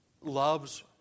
loves